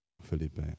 felipe